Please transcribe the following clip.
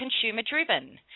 consumer-driven